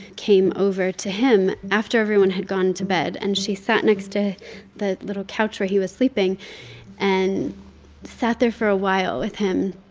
came over to him after everyone had gone to bed. and she sat next to the little couch where he was sleeping and sat there for a while with him,